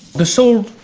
the salt.